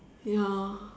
ya